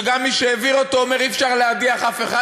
שגם מי שהעביר אותו אומר: אי-אפשר להדיח אף אחד,